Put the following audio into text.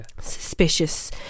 suspicious